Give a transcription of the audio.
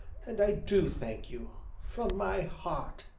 and i do thank you from my heart!